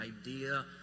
idea